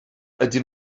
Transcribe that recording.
ydyn